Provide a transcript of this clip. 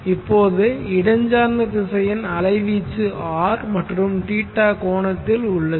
இப்போது இடஞ்சார்ந்த திசையன் அலைவீச்சு R மற்றும் θ கோணத்தில் உள்ளது